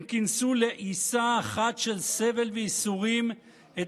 הם כינסו לעיסה אחת של סבל וייסורים את